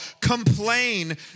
complain